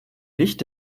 licht